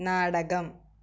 നാടകം